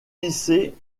lycée